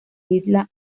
isla